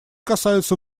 касаются